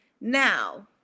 Now